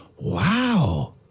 Wow